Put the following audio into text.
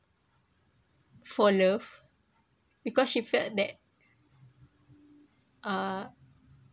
for love because she felt that uh